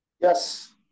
Yes